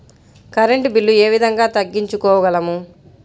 Current bill ఏ విధంగా తగ్గించుకోగలము?